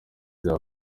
bya